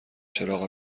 چراغ